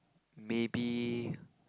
maybe